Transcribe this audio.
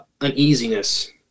uneasiness